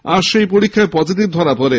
আজ সেই পরীক্ষায় পজিটিভ ধরা পড়ে